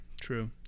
True